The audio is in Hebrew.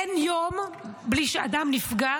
אין יום בלי שאדם נפגע,